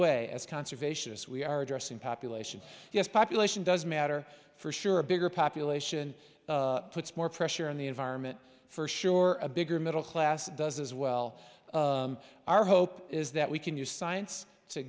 way as conservationists we are addressing population yes population does matter for sure a bigger population puts more pressure on the environment for sure a bigger middle class does as well our hope is that we can use science to